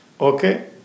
Okay